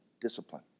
discipline